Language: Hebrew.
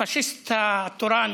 הפשיסט התורן,